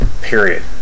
Period